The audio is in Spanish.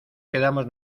quedamos